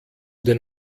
den